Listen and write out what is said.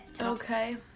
Okay